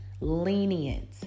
lenient